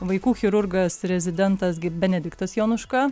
vaikų chirurgas rezidentas benediktas jonuška